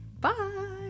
Bye